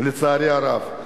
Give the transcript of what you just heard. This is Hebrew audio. לצערי הרב.